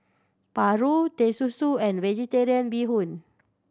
paru Teh Susu and Vegetarian Bee Hoon